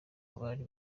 bari